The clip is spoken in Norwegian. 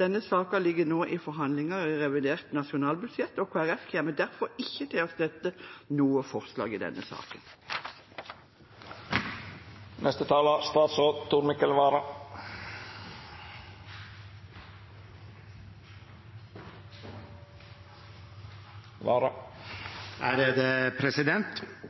Denne saken ligger nå i forhandlingene om revidert nasjonalbudsjett, og Kristelig Folkeparti kommer derfor ikke til å støtte noe forslag i denne saken.